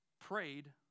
prayed